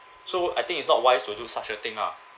so I think it's not wise to do such a thing lah